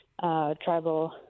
Tribal